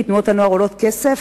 כי תנועות הנוער עולות כסף,